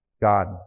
God